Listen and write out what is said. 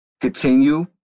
continue